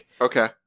okay